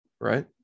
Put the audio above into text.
right